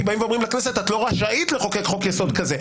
כי אומרים לכנסת: את לא רשאית לחוקק חוק יסוד כזה.